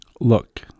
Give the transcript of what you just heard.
Look